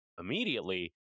immediately